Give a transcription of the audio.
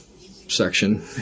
section